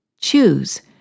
Choose